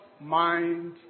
mind